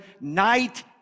night